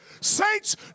Saints